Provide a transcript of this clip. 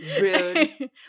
Rude